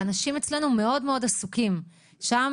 והאנשים אצלנו מאוד מאוד עסוקים שם.